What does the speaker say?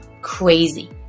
crazy